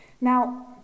Now